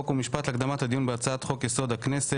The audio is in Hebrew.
חוק ומשפט להקדמת הדיון בהצעת חוק-יסוד: הכנסת